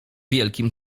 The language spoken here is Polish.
wielkim